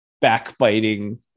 backbiting